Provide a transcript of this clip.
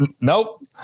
nope